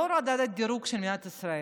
לאור הורדת הדירוג של מדינת ישראל,